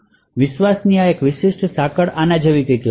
વિશ્વાસની સાંકળ આના જેવું લાગે છે